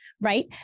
right